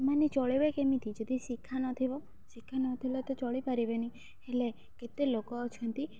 ସେମାନେ ଚଳେଇବେ କେମିତି ଯଦି ଶିକ୍ଷା ନଥିବ ଶିକ୍ଷା ନଥିଲେ ତ ଚଳିପାରିବେନି ହେଲେ କେତେ ଲୋକ ଅଛନ୍ତି